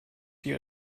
die